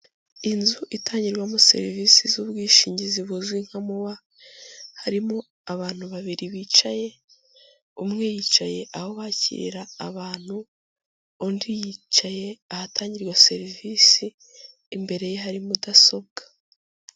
Inzu itangirwamo serivisi z'ubwishingizi buzwi nka muwa, harimo abantu babiri bicaye. umwe yicaye aho bakirira abantu, undi yicaye ahatangirwa serivisi, imbere ye hari mudasobwa.